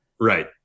Right